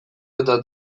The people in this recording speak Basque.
eta